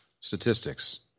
statistics